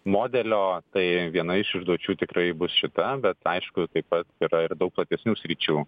modelio tai viena iš užduočių tikrai bus šita bet aišku taip pat yra ir daug platesnių sričių